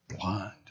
Blind